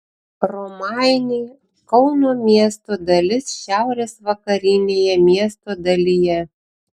romainiai kauno miesto dalis šiaurės vakarinėje miesto dalyje